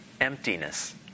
emptiness